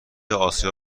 آسیا